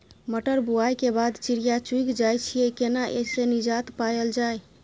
मटर बुआई के बाद चिड़िया चुइग जाय छियै केना ऐसे निजात पायल जाय?